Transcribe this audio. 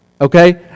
okay